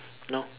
no